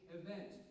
event